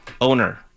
owner